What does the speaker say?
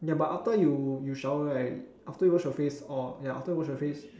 ya but after you you shower right after you wash your face or ya after you wash your face